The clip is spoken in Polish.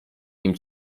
nim